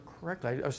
correctly